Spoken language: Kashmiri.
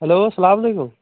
ہیلو السلام علیکُم